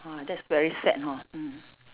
!huh! that's very sad ha mm